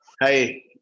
hey